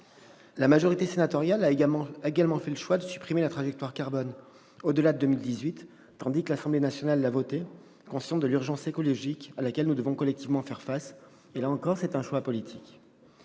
La majorité sénatoriale a également fait le choix de supprimer la trajectoire carbone au-delà de 2018, tandis que l'Assemblée nationale l'a votée, consciente de l'urgence écologique à laquelle nous devons collectivement faire face. Là encore, c'est un choix politique.